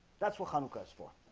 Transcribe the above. that's what hungers for